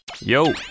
Yo